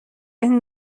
این